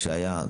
כשהיה,